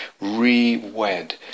re-wed